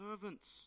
servants